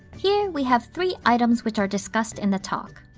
here we have three items which are discussed in the talk.